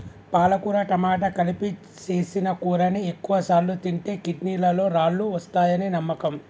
పాలకుర టమాట కలిపి సేసిన కూరని ఎక్కువసార్లు తింటే కిడ్నీలలో రాళ్ళు వస్తాయని నమ్మకం